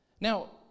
Now